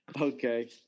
Okay